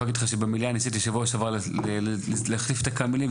אני יכול להגיד לך שבשבוע שעבר במליאה רציתי להחליף איתה כמה מילים,